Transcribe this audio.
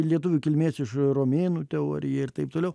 lietuvių kilmės iš romėnų teorija ir taip toliau